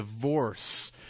divorce